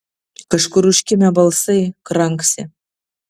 kažkur užkimę balsai kranksi